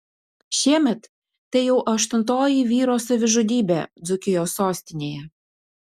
šiemet tai jau aštuntoji vyro savižudybė dzūkijos sostinėje